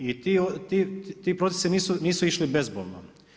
I ti procesi nisu išli bezbolno.